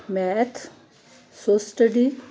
math so study